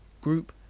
group